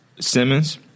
Simmons